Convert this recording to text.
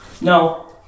No